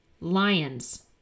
lions